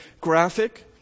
graphic